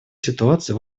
ситуации